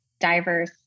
diverse